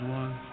one